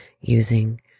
using